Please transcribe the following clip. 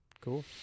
Cool